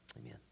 amen